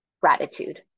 gratitude